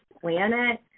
planet